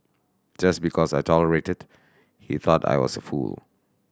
just because I tolerated he thought I was a fool